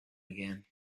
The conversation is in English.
again